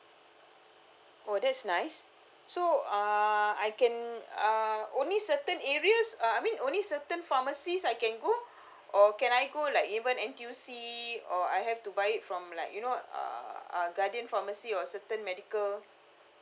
oh that's nice so uh I can uh only certain areas uh I mean only certain pharmacy I can go or can I go like even N_T_U_C or I have to buy it from like you know uh uh guardian pharmacy or certain medical